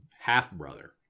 half-brother